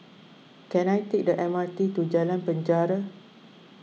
can I take the M R T to Jalan Penjara